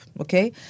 Okay